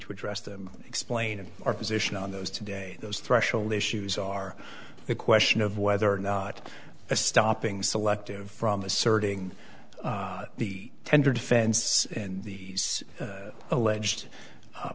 to address them explain our position on those today those threshold issues are the question of whether or not a stopping selective from asserting the tender defense and the alleged